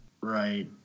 Right